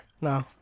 No